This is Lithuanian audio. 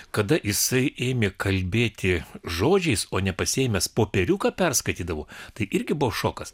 kada jisai ėmė kalbėti žodžiais o nepasiėmęs popieriuką perskaitydavo tai irgi buvo šokas